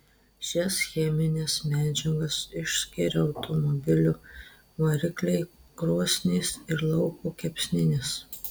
šias chemines medžiagas išskiria automobilių varikliai krosnys ir lauko kepsninės